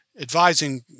advising